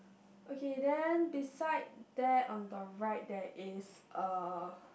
okay then beside that on the right there is a